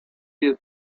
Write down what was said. jest